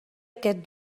aquest